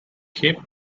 cape